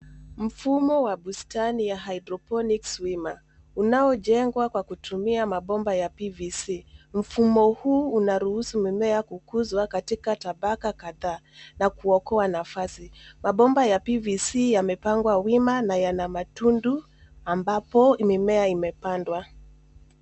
Mfumo wa bustani ya hydroponics wima unaojengwa kwa kutumia mabomba ya PVC . Mfumo huu unaruhusu mimea kukuzwa katika tabaka kadhaa na kuokoa nafasi. Mabomba ya PVC yamepangwa wima na yana matundu ambapo mimea imepandwa.